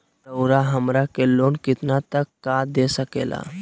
रउरा हमरा के लोन कितना तक का दे सकेला?